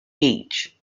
beach